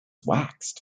waxed